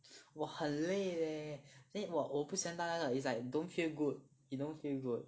我很累 leh then 我我不喜欢踏踏踏 it's like don't feel good you don't feel good